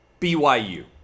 BYU